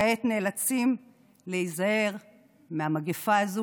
כעת נאלצים להיזהר מהמגפה הזו,